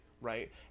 right